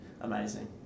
amazing